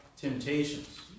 temptations